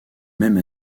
même